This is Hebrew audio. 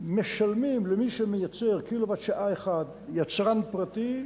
משלמים למי שמייצר קילוואט-שעה אחד, יצרן פרטי,